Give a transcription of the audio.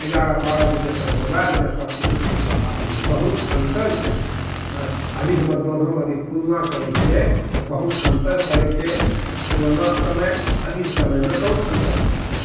एगारह बारह बजे तक मोबाइल देखिकऽ सुतिकऽ उठलौ आठ बजे बहुत अन्तर छै हँ यदि हमे दोनोमऽ अगर तुलना करैत छियै तऽ बहुत अन्तर पड़ैत छै पुराना समय आओर अभी समयमऽ बहुत अन्तर पड़ैत छै